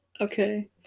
Okay